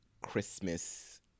Christmas